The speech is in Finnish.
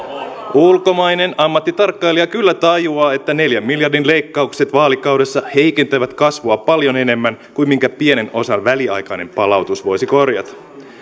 ulkomainen ammattitarkkailija kyllä tajuaa että neljän miljardin leikkaukset vaalikaudessa heikentävät kasvua paljon enemmän kuin pienen osan väliaikainen palautus voisi korjata